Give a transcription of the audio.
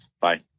Bye